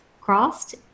crossed